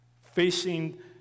facing